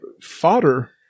fodder